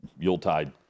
Yuletide